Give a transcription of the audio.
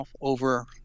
over